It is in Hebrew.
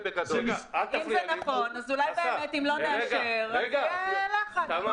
אם זה נכון, אולי באמת אם לא נאשר, יהיה לחץ.